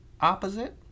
opposite